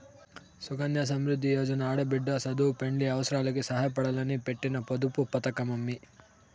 సుకన్య సమృద్ది యోజన ఆడబిడ్డ సదువు, పెండ్లి అవసారాలకి సాయపడాలని పెట్టిన పొదుపు పతకమమ్మీ